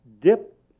dip